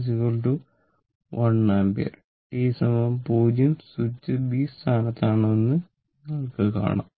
t 0 switch b സ്ഥാനത്തുമാണെന്ന് നിങ്ങൾക്ക് ഇവിടെ കാണാം